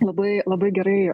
labai labai gerai